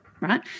right